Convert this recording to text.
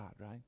right